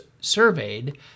surveyed